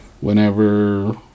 whenever